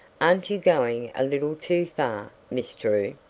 aren't you going a little too far, miss drew?